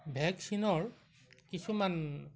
ভেকচিনৰ কিছুমান